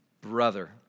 brother